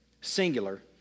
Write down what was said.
singular